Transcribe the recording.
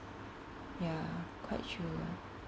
ya quite sure